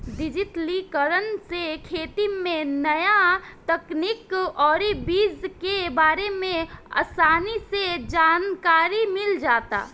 डिजिटलीकरण से खेती में न्या तकनीक अउरी बीज के बारे में आसानी से जानकारी मिल जाता